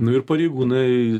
nu ir pareigūnai